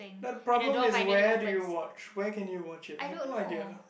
that problem is where do you watch where can you watch it I have no idea